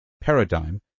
paradigm